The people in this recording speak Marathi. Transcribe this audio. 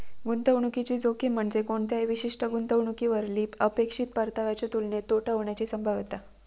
गुंतवणुकीची जोखीम म्हणजे कोणत्याही विशिष्ट गुंतवणुकीवरली अपेक्षित परताव्याच्यो तुलनेत तोटा होण्याची संभाव्यता